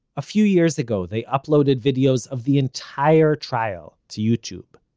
a few years ago they uploaded videos of the entire trial to youtube.